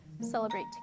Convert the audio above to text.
celebrate